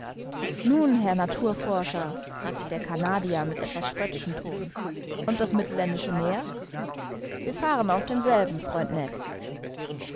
nun herr naturforscher fragte der canadier mit etwas spöttischem ton und das mittelländische meer wir fahren auf demselben freund